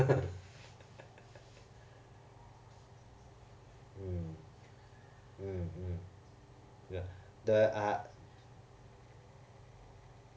mm mm mm the ah